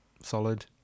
solid